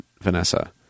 Vanessa